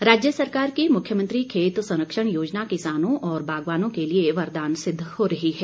योजना राज्य सरकार की मुख्यमंत्री खेत संरक्षण योजना किसानों और बागवानों के लिए वरदान सिद्ध हो रही है